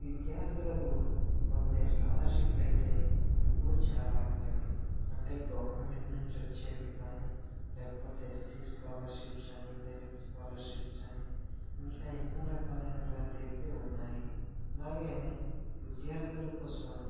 విద్యార్థులకు పొందే స్కాలర్షిప్ అయితే ఇప్పుడు చాలా ఉన్నవి అంటే గవర్నమెంట్ నుంచి వచ్చేవి కానీ లేకపోతే ఎస్సీస్ స్కాలర్షిప్స్ అని మెరిట్ స్కాలర్షిప్స్ అని ఇంకా ఎన్నో రకాలైనటువంటివి ఉన్నాయి అలాగే విద్యార్థుల కోసం